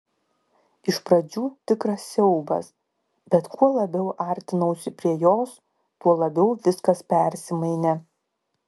iš pradžių tikras siaubas bet kuo labiau artinausi prie jos tuo labiau viskas persimainė